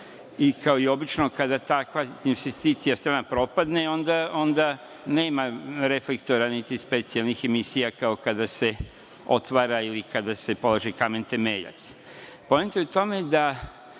Kao i obično, kada takva strana investicija propadne, onda nema reflektora, niti specijalnih emisija kao kada se otvara ili kada se polaže kamen temeljac. Poenta je u tome da,